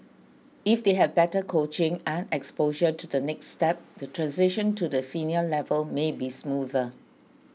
if they have better coaching and exposure to the next step the transition to the senior level may be smoother